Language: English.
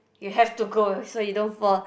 you have to go so you don't fall